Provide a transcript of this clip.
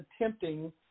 attempting